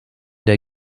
der